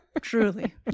truly